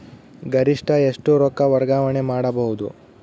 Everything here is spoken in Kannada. ಗರಿಷ್ಠ ಎಷ್ಟು ರೊಕ್ಕ ವರ್ಗಾವಣೆ ಮಾಡಬಹುದು?